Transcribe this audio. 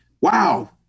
Wow